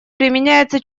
применяется